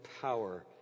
power